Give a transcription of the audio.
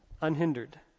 unhindered